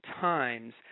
times